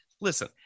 listen